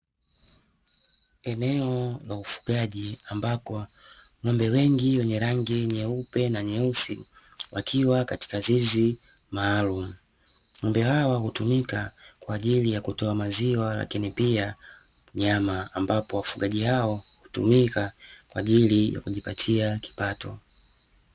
Eneo la ufugaji ambapo ng'ombe wengi wenye rangi nyeupe na nyeusi wakiwa katika zizi maalumu, ng'ombe hawa hutumika kwa ajili ya kutoa maziwa lakini pia nyama ambapo wafugaji hao utumika kwa ajili ya kujipatia kipato.